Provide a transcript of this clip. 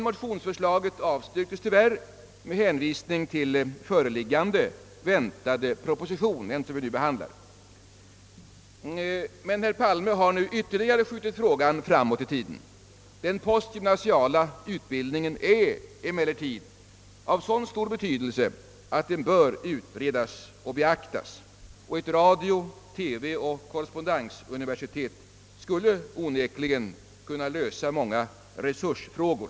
Motionsförslaget avstyrktes tyvärr med hänvisning till den väntade propositionen, alltså den som vi nu behandlar. Men herr Palme har nu ytterligare skjutit frågan framåt i tiden. Den postgymnasiala utbildningen är emellertid av så stor betydelse, att den bör utredas och beaktas. Ett radio-, TV och korrespondensuniversitet skulle onekligen kunna lösa många resursfrågor.